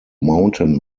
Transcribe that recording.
mountain